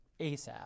ASAP